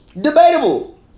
Debatable